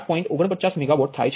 49 megawatt થાય